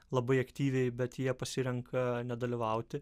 labai aktyviai bet jie pasirenka nedalyvauti